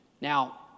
Now